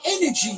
energy